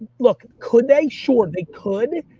look, could they? sure, they could,